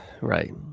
right